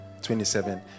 27